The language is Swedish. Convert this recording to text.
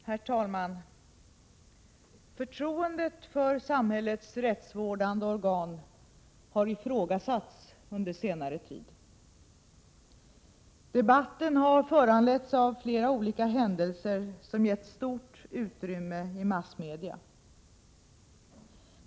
Herr talman! Förtroendet för samhällets rättsvårdande organ har ifrågasatts under senare tid. Debatten har föranletts av flera olika händelser som getts stort utrymme i massmedia.